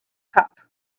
cup